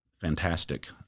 fantastic